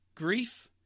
Grief